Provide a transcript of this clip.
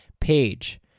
page